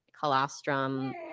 colostrum